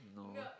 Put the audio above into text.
no